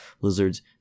lizards